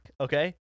Okay